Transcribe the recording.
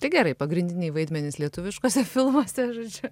tai gerai pagrindiniai vaidmenys lietuviškuose filmuose žodžiu